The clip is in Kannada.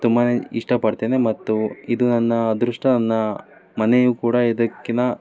ತುಂಬ ಇಷ್ಟಪಡ್ತೇನೆ ಮತ್ತು ಇದು ನನ್ನ ಅದೃಷ್ಟ ನನ್ನ ಮನೆಯೂ ಕೂಡ ಇದಕ್ಕಿಂತ